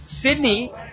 Sydney